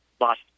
lost